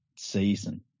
season